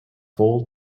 full